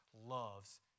loves